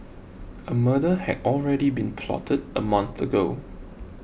a murder had already been plotted a month ago